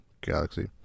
Galaxy